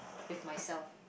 with myself